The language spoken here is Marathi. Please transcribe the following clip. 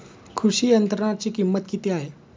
कृषी यंत्राची किंमत किती आहे?